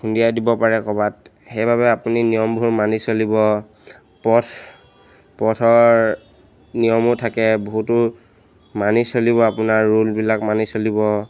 খুন্দিয়াই দিব পাৰে ক'ৰবাত সেইবাবে আপুনি নিয়মবোৰ মানি চলিব পথ পথৰ নিয়মো থাকে বহুতো মানি চলিব আপোনাৰ ৰোলবিলাক মানি চলিব